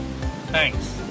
Thanks